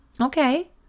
okay